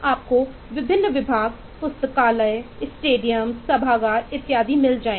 आपको विभिन्न विभाग पुस्तकालय स्टेडियम सभागार इत्यादि मिल जाएंगे